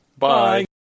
Bye